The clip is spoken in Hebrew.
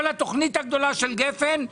כל התוכנית הגדולה של גפן,